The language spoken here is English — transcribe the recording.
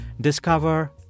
Discover